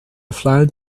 flying